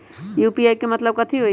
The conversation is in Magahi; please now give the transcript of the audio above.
यू.पी.आई के मतलब कथी होई?